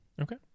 okay